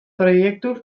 proiektu